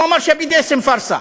הוא אמר שה-BDS הם פארסה.